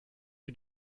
mit